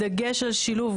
בדגש על שילוב,